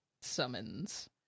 summons